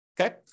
okay